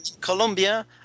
Colombia